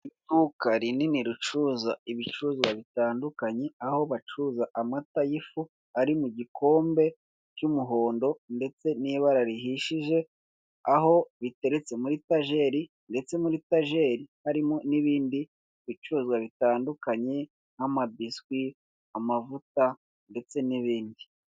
Iduka rinini ricuruza ibicuruzwa bitandukanye, aho bacuruza amata y'ifu ari mu gikombe cy'umuhondo ndetse n'ibara rihishije, aho biteretse muri etageri ndetse muri etageri harimo n'ibindi bicuruzwa bitandukanye nk'amabiswi, amavuta ndetse n'ibindi.